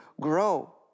grow